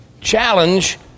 challenge